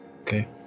Okay